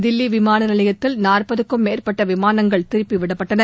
தில்லி விமான நிலையத்தில் நாற்பதுக்கும் மேற்பட்ட விமானங்கள் திருப்பிவிடப்பட்டன